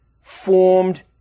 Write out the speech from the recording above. formed